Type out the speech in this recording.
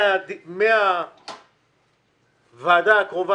ומהוועדה הקרובה